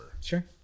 Sure